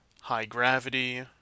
high-gravity